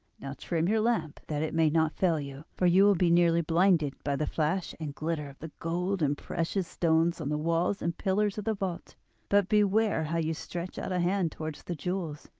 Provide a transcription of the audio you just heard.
now trim your lamp that it may not fail you, for you will be nearly blinded by the flash and glitter of the gold and precious stones on the walls and pillars of the vault but beware how you stretch out a hand towards the jewels!